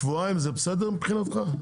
שבועיים זה בסדר מבחינתך?